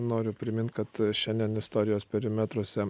noriu primint kad šiandien istorijos perimetruose